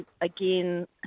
Again